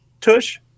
Tush